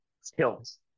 skills